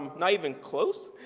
not even close,